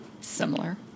similar